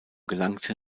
gelangte